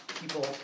people